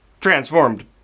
transformed